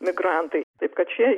migrantai taip kad ši